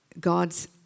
God's